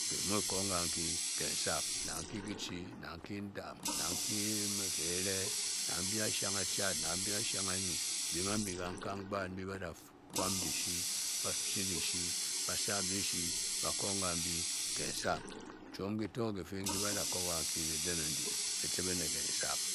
Bè bí muu bi kong kanki kensab. Nang nki kichǐ, nang nki ndam, nang nki geh reh, nang mbi ashang achad, nang mbi ashang anyi Biem ambi kankang gbaad mbi ba da kwam dishi, ba-chi dishi, ba sab dishi, ba a kong gan ki kensab Chiom kí tò kìfě nki ba da kong gan ki dizin andi, kitcibe ne kensab.